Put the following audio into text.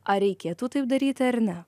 ar reikėtų taip daryti ar ne